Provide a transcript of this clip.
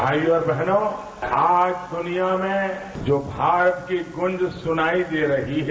भाईयों और बहनों आज दुनिया में जो भारत की गूंज सुनाई दे रही है